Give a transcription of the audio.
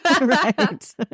Right